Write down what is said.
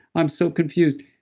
i'm so confused.